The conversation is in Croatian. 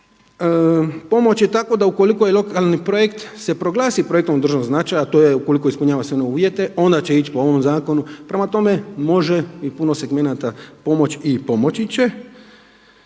pomoći tako da ukoliko je lokalni projekt se proglasi projektom od državnog značaja a to je ukoliko ispunjava sve uvjete onda će ići po ovom zakonu. Prema tome, može i puno segmenata pomoći i pomoći će.